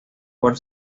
por